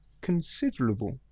considerable